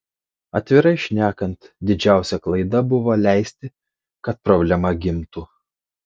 atvirai šnekant didžiausia klaida buvo leisti kad problema gimtų